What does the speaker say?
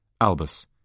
Albus